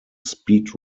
speed